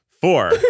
Four